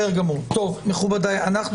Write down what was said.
מכובדיי, אנחנו